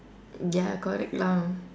mm ya correct lah